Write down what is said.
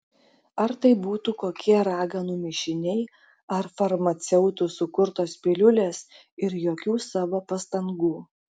ar tai būtų kokie raganų mišiniai ar farmaceutų sukurtos piliulės ir jokių savo pastangų